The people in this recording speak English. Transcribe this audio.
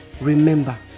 Remember